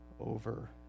over